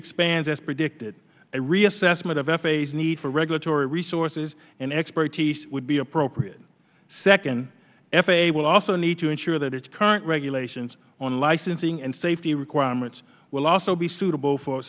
expands as predicted a reassessment of f a s need for regulatory resources and expertise would be appropriate second f a a will also need to ensure that its current regulations on licensing and safety requirements will also be suitable for